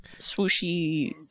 swooshy